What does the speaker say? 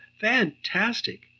fantastic